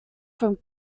from